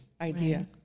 idea